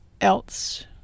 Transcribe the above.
else